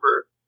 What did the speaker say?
over